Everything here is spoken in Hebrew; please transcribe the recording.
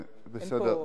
בסדר.